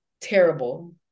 terrible